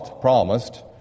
promised